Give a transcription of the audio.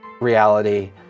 reality